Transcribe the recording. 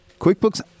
QuickBooks